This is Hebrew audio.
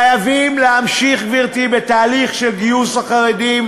חייבים להמשיך, גברתי, בתהליך של גיוס החרדים